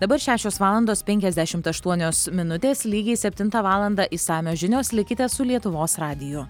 dabar šešios valandos penkiasdešimt aštuonios minutės lygiai septintą valandą išsamios žinios likite su lietuvos radiju